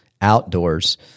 outdoors